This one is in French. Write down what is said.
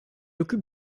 occupe